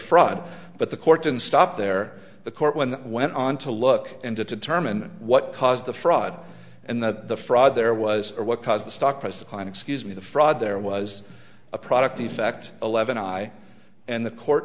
fraud but the court didn't stop there the court when that went on to look into to determine what caused the fraud and the fraud there was or what caused the stock price of klein excuse me the fraud there was a product defect eleven i and the court